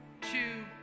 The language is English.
two